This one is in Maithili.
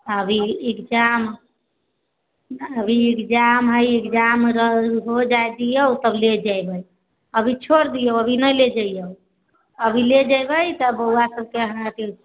अभी एग्जाम अभी एग्जाम हय एग्जाम हो जाय दियौ तब ले जेबै अभी छोड़ दियौ अभी न ले जइयौ अभी ले जेबै तऽ बौआ सबके